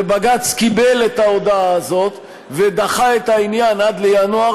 ובג"ץ קיבל את ההודעה הזאת ודחה את העניין עד ינואר,